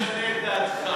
תשנה את דעתך.